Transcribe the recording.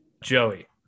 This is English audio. Joey